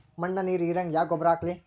ಮಣ್ಣ ನೀರ ಹೀರಂಗ ಯಾ ಗೊಬ್ಬರ ಹಾಕ್ಲಿ?